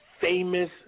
famous